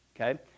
Okay